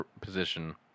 position